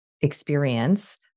experience